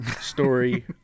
story